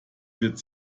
wird